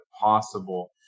possible